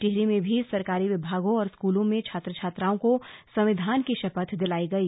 टिहरी में भी सरकारी विभागों और स्कूलों में छात्र छात्राओं को संविधान की शपथ दिलाई गई